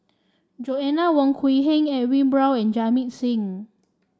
Joanna Wong Quee Heng Edwin Brown and Jamit Singh